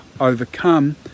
overcome